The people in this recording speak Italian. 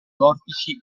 vortici